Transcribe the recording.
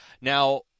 Now